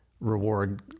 reward